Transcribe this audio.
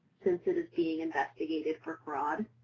since it is being investigated for fraud,